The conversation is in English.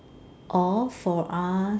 or for us